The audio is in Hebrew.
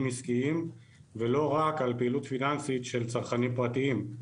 עסקיים ולא רק על פעילות פיננסית של צרכנים פרטיים.